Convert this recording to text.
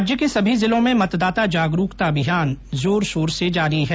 राज्य के सभी जिलों में मतदाता जागरूकता अभियान जोर शोर से जारी है